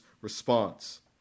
response